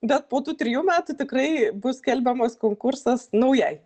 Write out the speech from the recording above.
bet po tų trijų metų tikrai bus skelbiamas konkursas naujai